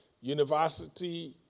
University